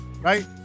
right